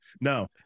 No